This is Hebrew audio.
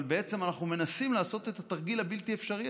אבל בעצם אנחנו מנסים לעשות את התרגיל הבלתי-אפשרי